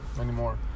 Anymore